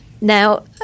Now